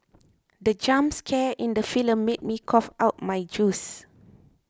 the jump scare in the film made me cough out my juice